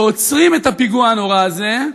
ועוצרים את הפיגוע הנורא הזה,